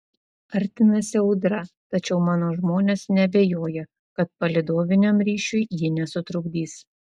artinasi audra tačiau mano žmonės neabejoja kad palydoviniam ryšiui ji nesutrukdys